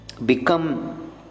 become